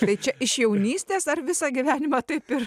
tai čia iš jaunystės ar visą gyvenimą taip ir